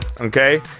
Okay